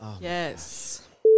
Yes